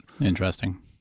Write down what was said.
Interesting